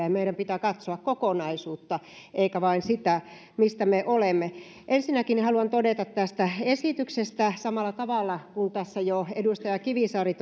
ja meidän pitää katsoa kokonaisuutta eikä vain sitä mistä me olemme ensinnäkin haluan todeta tästä esityksestä samalla tavalla kuin tässä jo edustaja kivisaari